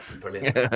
brilliant